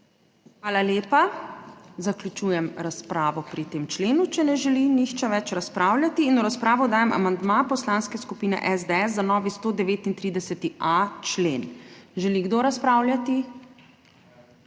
Hvala lepa. Zaključujem razpravo pri tem členu, če ne želi nihče več razpravljati. V razpravo dajem amandma Poslanske skupine SDS za novi 139.a člen. Želi kdo razpravljati?